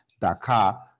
Dakar